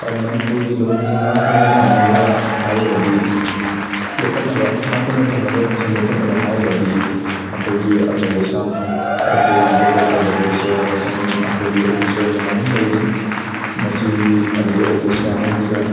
ꯃꯅꯤꯄꯨꯔꯒꯤ ꯂꯣꯟ ꯑꯁꯤ ꯉꯥꯛꯇꯨꯅ ꯊꯝꯅꯕ ꯍꯥꯏꯔꯒꯗꯤ ꯌꯣꯈꯠꯅꯕ ꯉꯥꯛꯇꯨꯅ ꯊꯝꯅꯕ ꯑꯃꯁꯨꯡ ꯌꯣꯈꯠꯅꯕ ꯍꯥꯏꯔꯒꯗꯤ ꯑꯩꯈꯣꯏꯒꯤ ꯑꯆꯧ ꯑꯁꯥꯡ ꯑꯩꯈꯣꯏ ꯒꯦꯖꯦꯇꯦꯗ ꯑꯣꯐꯤꯁꯥꯔ ꯑꯃꯁꯨꯡ ꯑꯩꯈꯣꯏꯒꯤ ꯑꯣꯐꯤꯁꯥꯔ ꯃꯌꯥꯝ ꯑꯃ ꯂꯩꯔꯤ ꯃꯁꯤꯒꯤ ꯑꯗꯨꯗꯩ ꯑꯣꯐꯤꯁ ꯃꯌꯥꯝ ꯑꯃꯁꯤꯗ